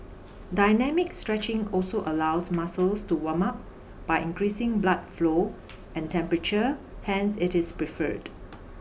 dynamic stretching also allows muscles to warm up by increasing blood flow and temperature hence it is preferred